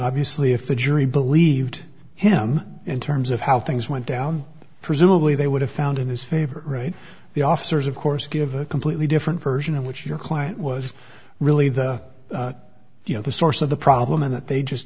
obviously if the jury believed him in terms of how things went down presumably they would have found in his favor right the officers of course give a completely different version of what your client was really the you know the source of the problem in that they just